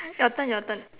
your turn your turn